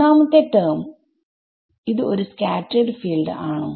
ഒന്നാമത്തെ ടെർമ്ന് ഇത് ഒരു സ്കാറ്റെർഡ് ഫീൽഡ് ആണോ